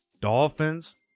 Dolphins